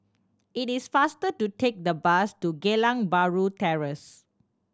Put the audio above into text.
it is faster to take the bus to Geylang Bahru Terrace